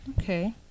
okay